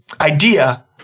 idea